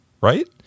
right